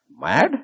Mad